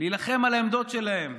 להילחם על העמדות שלהם,